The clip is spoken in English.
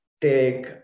take